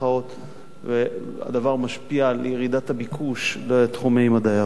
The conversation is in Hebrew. והדבר משפיע על ירידת הביקוש בתחומי מדעי הרוח.